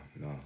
no